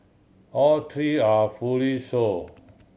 all three are fully show